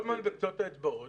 כל הזמן בקצות האצבעות.